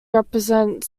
represent